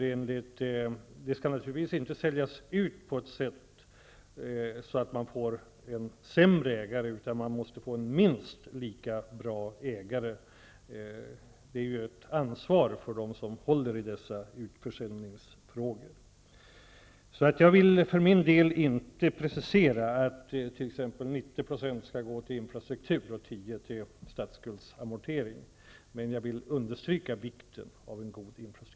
Man skall naturligtvis inte hantera försäljningen så, att det blir en sämre ägare, utan man måste få en minst lika bra ägare som staten. Det är ett ansvar för dem som handhar dessa utförsäljningsfrågor. För min del vill jag inte göra någon sådan precisering som att t.ex. 90 % av försäljningspengarna skall gå till infrastruktur och 10 % till statsskuldsamortering, men jag vill understryka vikten av en god infrastruktur.